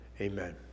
Amen